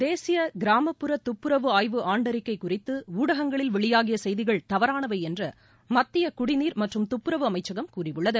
தேசியகிராமப்புற துப்புரவு ஆய்வு ஆண்டறிக்கைகுறித்துஊடகங்களில் வெளியாகியசெய்திகள் தவறானவைஎன்றுமத்தியகுடிநீர் மற்றும் துப்புரவு அமைச்சகம் கூறியுள்ளது